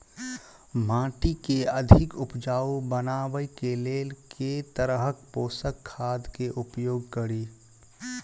माटि केँ अधिक उपजाउ बनाबय केँ लेल केँ तरहक पोसक खाद केँ उपयोग करि?